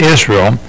Israel